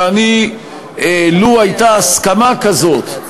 שלו הייתה הסכמה כזאת,